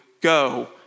go